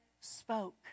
spoke